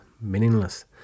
meaningless